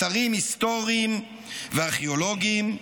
אתרים היסטוריים וארכיאולוגיים",